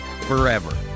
forever